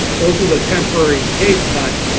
those with a temporary pay cut,